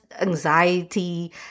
anxiety